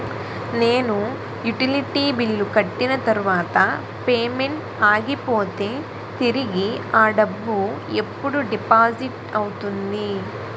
నేను utility bill కట్టిన తర్వాత పేమెంట్ ఆగిపోతే తిరిగి అ డబ్బు ఎప్పుడు డిపాజిట్ అవుతుంది?